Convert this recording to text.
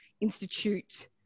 institute